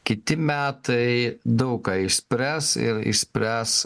kiti metai daug ką išspręs ir išspręs